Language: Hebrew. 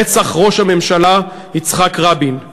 רצח ראש הממשלה יצחק רבין.